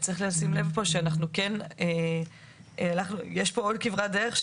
צריך לשים לב שיש פה עוד כברת דרך,